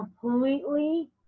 completely